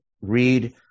read